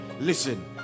listen